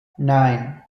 nine